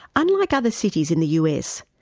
unlike other cities in the us,